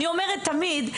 אני אומרת תמיד,